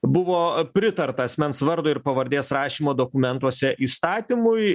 buvo pritarta asmens vardo ir pavardės rašymo dokumentuose įstatymui